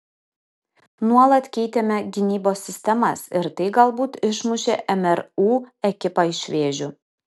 nuolat keitėme gynybos sistemas ir tai galbūt išmušė mru ekipą iš vėžių